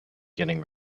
getting